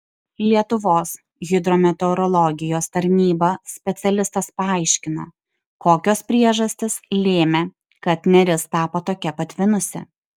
lietuvos hidrometeorologijos tarnyba specialistas paaiškino kokios priežastys lėmė kad neris tapo tokia patvinusi